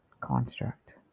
construct